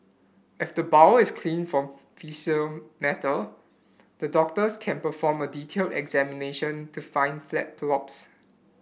if the bowel is clean for faecal matter the doctors can perform a detailed examination to find flat polyps